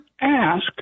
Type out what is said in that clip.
ask